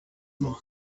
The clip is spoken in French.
nom